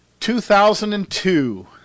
2002